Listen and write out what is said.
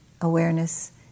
awareness